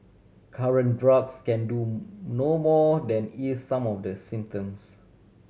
current drugs can do no more than ease some of the symptoms